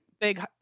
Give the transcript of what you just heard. Big